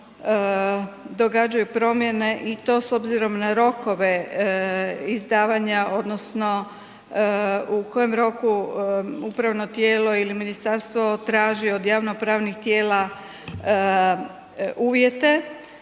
događaju promjene i to s obzirom na rokove izdavanja odnosno u kojem roku upravno tijelo ili ministarstvo traži od javno pravnih tijela uvjete